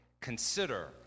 Consider